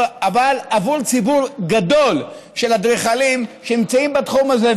אבל עבור ציבור גדול של אדריכלים שנמצאים בתחום הזה.